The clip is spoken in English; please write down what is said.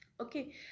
okay